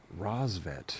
Rosvet